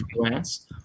Freelance